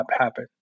happen